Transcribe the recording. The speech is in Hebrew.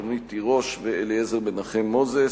רונית תירוש ואליעזר מנחם מוזס,